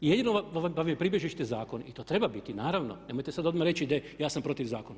I jedino vam je pribježište zakon i to treba biti, naravno nemojte sada odmah reći ja sam protiv zakona.